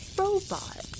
robot